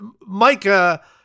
Micah